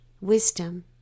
wisdom